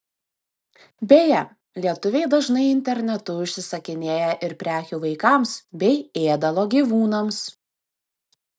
beje lietuviai dažnai internetu užsisakinėja ir prekių vaikams bei ėdalo gyvūnams